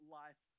life